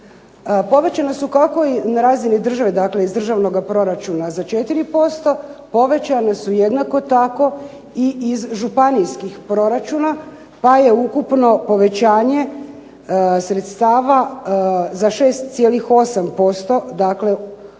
Povećana su koliko i na razini države, dakle iz državnoga proračuna za 4%, povećana su jednako tako i iz županijskih proračuna pa je ukupno povećanje sredstava za 6,8%, dakle nekih